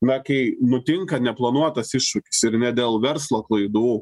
na kai nutinka neplanuotas iššūkis ir ne dėl verslo klaidų